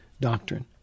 doctrine